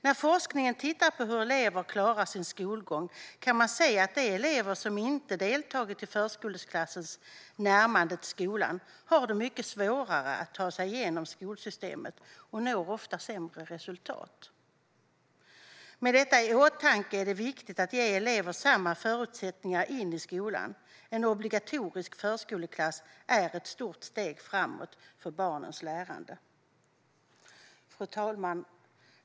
När forskningen tittar på hur elever klarar sin skolgång kan man se att de elever som inte deltagit i förskoleklassens närmande till skolan har det mycket svårare att ta sig genom skolsystemet och ofta når sämre resultat. Med detta i åtanke är det viktigt att ge elever samma förutsättningar in i skolan. En obligatorisk förskoleklass är ett stort steg framåt för barns lärande. Fru talman!